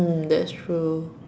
mm that's true